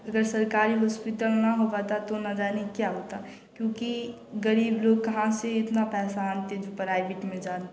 अगर सरकारी हास्पिटल ना हो पाता तो ना जाने क्या होता क्योंकि गरीब लोग कहाँ से इतना पैसा आते जो प्रायवेट में जाते